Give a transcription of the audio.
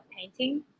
painting